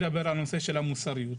הנושא של המוסריות.